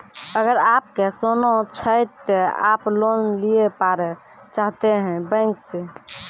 अगर आप के सोना छै ते आप लोन लिए पारे चाहते हैं बैंक से?